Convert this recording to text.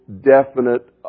definite